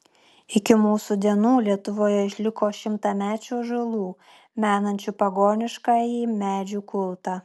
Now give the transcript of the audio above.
iki mūsų dienų lietuvoje išliko šimtamečių ąžuolų menančių pagoniškąjį medžių kultą